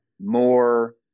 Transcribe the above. more